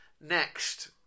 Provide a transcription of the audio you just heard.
Next